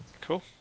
Cool